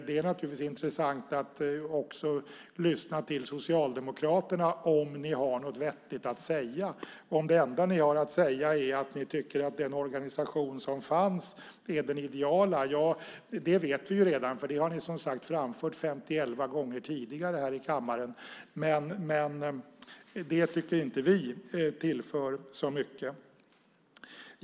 Det är naturligtvis intressant att också lyssna till om Socialdemokraterna har något vettigt att säga. Om det enda ni har att säga är att ni tycker att den organisation som fanns är den ideala, ja, då är det något vi redan vet. Det har ni framfört femtioelva gånger tidigare i kammaren. Men det tycker inte vi tillför så mycket.